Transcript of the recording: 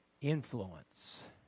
influence